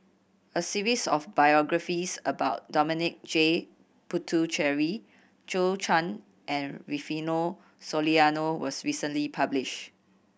a series of biographies about Dominic J Puthucheary Zhou Chan and Rufino Soliano was recently published